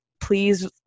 Please